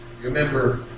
remember